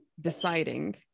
deciding